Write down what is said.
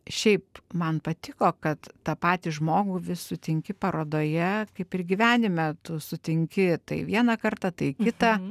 šiaip man patiko kad tą patį žmogų sutinki parodoje kaip ir gyvenime tu sutinki tai vieną kartą tai kitą